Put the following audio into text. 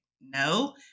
no